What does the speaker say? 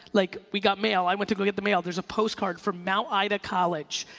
like we got mail, i went to go get the mail, there's a post card from mount ida college.